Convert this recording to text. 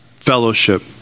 Fellowship